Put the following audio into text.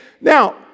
Now